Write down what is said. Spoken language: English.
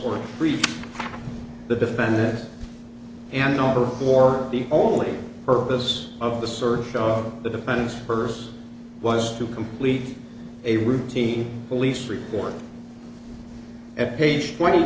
or treat the defendant and number or the only purpose of the search of the defendant's birth was to complete a routine police report at page twenty